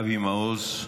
אבי מעוז,